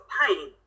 pain